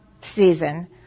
season